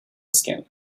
skin